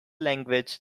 language